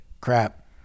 crap